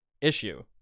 issue